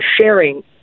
sharing